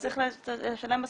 צריך לשלם בסוף,